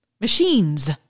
machines